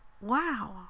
wow